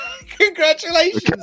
Congratulations